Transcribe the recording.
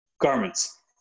garments